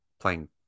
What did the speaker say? playing